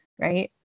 right